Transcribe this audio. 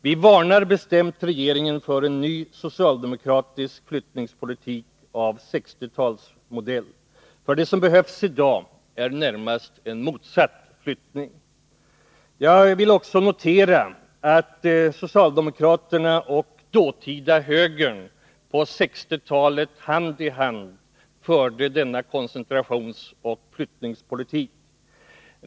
Vi varnar bestämt regeringen för en ny socialdemokratisk flyttningspolitik av 1960-talsmodell. Det som behövs i dag är närmast en flyttning i motsatt riktning. Jag vill också notera att socialdemokraterna och dåtida högern på 1960-talet hand i hand förde denna koncentrationsoch flyttningspolitik.